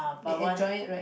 they enjoy it right